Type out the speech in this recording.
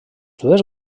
dues